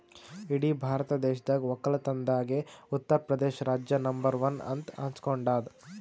ಇಡೀ ಭಾರತ ದೇಶದಾಗ್ ವಕ್ಕಲತನ್ದಾಗೆ ಉತ್ತರ್ ಪ್ರದೇಶ್ ರಾಜ್ಯ ನಂಬರ್ ಒನ್ ಅಂತ್ ಅನಸ್ಕೊಂಡಾದ್